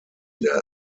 der